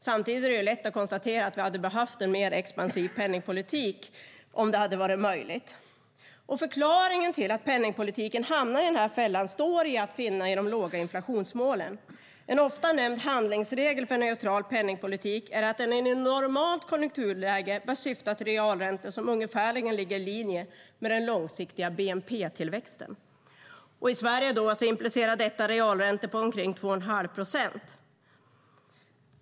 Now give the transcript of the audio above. Samtidigt är det lätt att konstatera att vi hade behövt en mer expansiv penningpolitik om det hade varit möjligt. Förklaringen till att penningpolitiken hamnade i den här fällan står att finna i de låga inflationsmålen. En ofta nämnd handlingsregel för en neutral penningpolitik är att den i ett normalt konjunkturläge bör syfta till realräntor som ungefärligen ligger i linje med den långsiktiga bnp-tillväxten. I Sverige implicerar detta realräntor på omkring 2 1⁄2 procent.